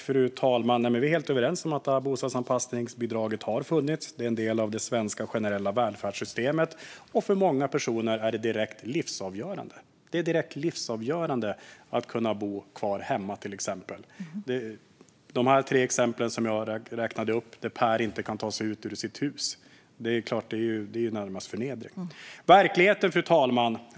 Fru talman! Vi är helt överens om att bostadsanpassningsbidraget har funnits länge och är en del av det svenska generella välfärdssystemet. För många personer är det direkt livsavgörande. Det kan vara livsavgörande för att man till exempel ska kunna bo kvar hemma. De tre exempel som jag räknade upp, bland annat med Per som inte kan ta sig ut ur sitt hus, ter sig närmast som en förnedring. Fru talman!